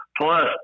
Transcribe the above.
plus